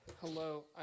Hello